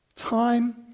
Time